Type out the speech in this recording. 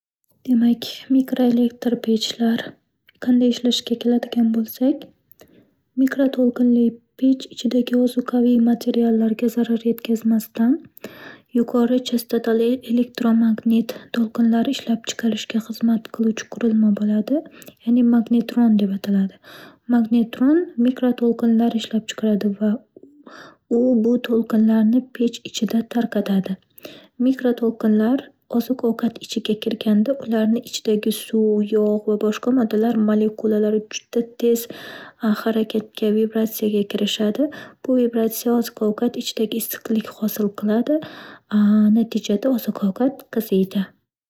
Demak, mikroelektr pechlar qanday ishlashiga keladigan bo'lsak, mikroto'lqinli pech ichidagi ozuqaviy materiallarga zarar yetkazmasdan yuqori chastotali elektro-magnit to'lqinlari ishlab chiqarishga xizmat qiluvchi qurilma bo'ladi, ya'ni magnitron deb ataladi. Magnitron mikroto'lqinlar ishlab chiqaradi va u bu to'lqinlarni pech ichida tarqatadi. Mikro to'lqinlar oziq-ovqat ichiga kirganda, ularni ichidagi suv, yog' va boshqa moddalar molekulari juda tez harakatga, vibratsiyaga kirishadi. Bu vibratsiya oziq-ovqat ichidagi issiqlik hosil qiladi, natijada oziq-ovqat qiziydi.